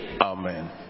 amen